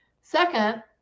Second